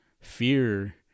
fear